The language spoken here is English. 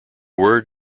word